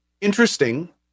interesting